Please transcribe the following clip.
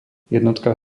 jednotka